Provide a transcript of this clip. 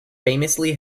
famously